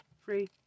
free